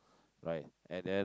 right and then